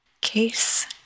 Case